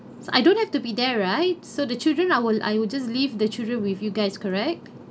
so I don't have to be there right so the children I will I will just leave the children with you guys correct